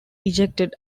ejected